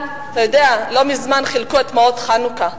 אתה יודע, לא מזמן חילקו את מעות חנוכה.